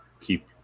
keep